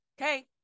Okay